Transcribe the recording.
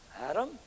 Adam